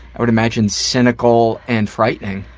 i would imagine, cynical and frightening.